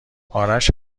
آرش